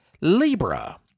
Libra